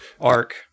arc